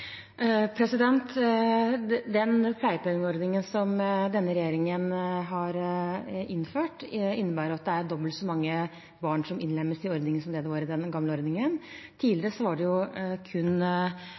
Pleiepengeordningen som denne regjeringen har innført, innebærer at det er dobbelt så mange barn som innlemmes i ordningen som det det var i den gamle ordningen.